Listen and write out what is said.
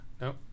Nope